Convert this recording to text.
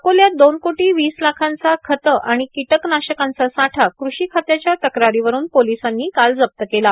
अकोल्यात दोन कोटो वीस लाखांचा खतं आण कोटकनाशकांचा साठा कृषी खात्याच्या तक्रारांवरुन पोर्लसांनी काल जप्त केला